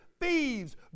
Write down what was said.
thieves